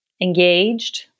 Engaged